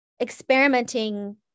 experimenting